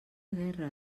guerra